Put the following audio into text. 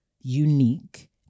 unique